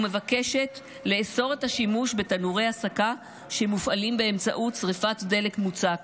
ומבקשת לאסור את השימוש בתנורי הסקה שמופעלים באמצעות שרפת דלק מוצק,